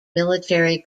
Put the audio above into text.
military